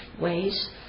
ways